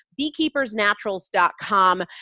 beekeepersnaturals.com